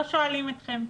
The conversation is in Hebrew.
לא שואלים אתכם.